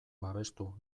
babestu